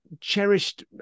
cherished